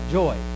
joy